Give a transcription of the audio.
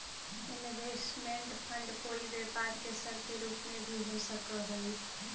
investment fund कोई व्यापार के सर के रूप में भी हो सकऽ हई